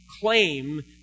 claim